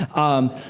um,